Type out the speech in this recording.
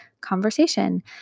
conversation